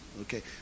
okay